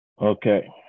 Okay